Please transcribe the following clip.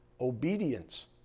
obedience